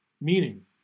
Meaning